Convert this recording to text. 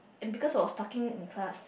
and because I was talking in class